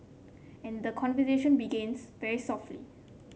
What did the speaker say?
and the conversation begins very softly